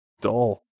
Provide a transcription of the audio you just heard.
dull